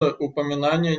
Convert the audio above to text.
упоминания